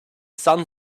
sun